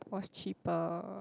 was cheaper